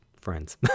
friends